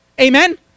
Amen